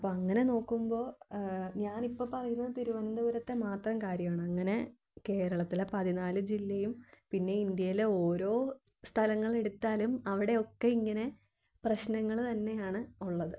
അപ്പം അങ്ങനെ നോക്കുമ്പോൾ ഞാനിപ്പം പറയുന്നത് തിരുവനന്തപുരത്തെ മാത്രം കാര്യവാണ് അങ്ങനെ കേരളത്തിലെ പതിനാല് ജില്ലയും പിന്നെ ഇന്ത്യയിലെ ഓരോ സ്ഥലങ്ങളെടുത്താലും അവിടെയൊക്കെ ഇങ്ങനെ പ്രശ്നങ്ങൾ തന്നെയാണ് ഉള്ളത്